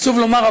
עצוב לומר,